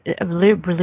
religion